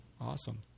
Awesome